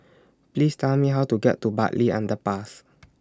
Please Tell Me How to get to Bartley Underpass